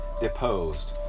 deposed